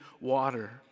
water